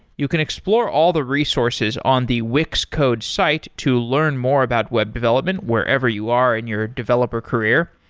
you can explore all the resources on the wix code's site to learn more about web development wherever you are in your developer career.